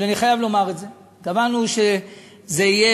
אבל אני חייב לומר את זה: קבענו שזה יהיה